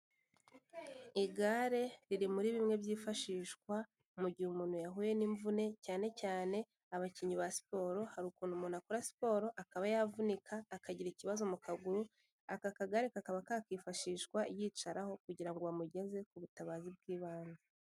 Igare riri muri bimwe byifashishwa mu gihe umuntu yahuye n'imvune, cyane cyane abakinnyi ba siporo, hari ukuntu umuntu akora siporo akaba yavunika, akagira ikibazo mu kaguru, aka kagare kakaba kakwifashishwa yicaraho kugira ngo bamugeze ku butabazi bw'ibanze.